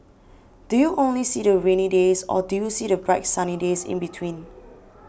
do you only see the rainy days or do you see the bright sunny days in between